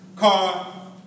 car